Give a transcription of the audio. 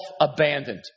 abandoned